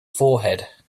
forehead